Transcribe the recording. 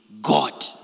God